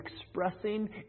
expressing